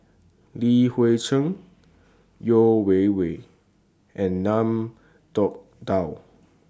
Li Hui Cheng Yeo Wei Wei and Ngiam Tong Dow